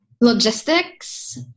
logistics